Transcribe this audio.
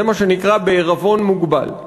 זה מה שנקרא בעירבון מוגבל.